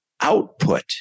output